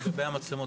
לגבי המצלמות